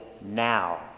now